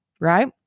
right